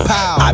Pow